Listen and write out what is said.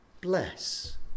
bless